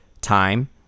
time